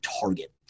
target